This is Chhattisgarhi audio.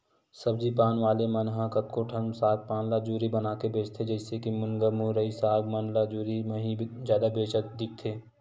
सब्जी पान वाले मन ह कतको ठन साग पान ल जुरी बनाके बेंचथे, जइसे के मुनगा, मुरई, साग मन ल जुरी म ही जादा बेंचत दिखथे